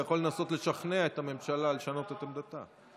אתה יכול לנסות לשכנע את הממשלה לשנות את עמדתה.